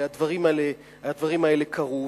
והרי הדברים האלה קרו,